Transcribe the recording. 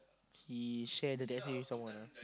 he share the taxi with someone ah